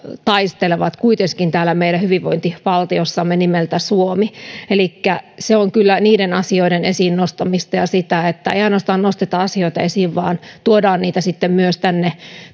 taistelevat täällä meidän hyvinvointivaltiossamme nimeltä suomi elikkä se on kyllä niiden asioiden esiin nostamista ja sitä että ei ainoastaan nosteta asioita esiin vaan tuodaan niitä sitten myös tänne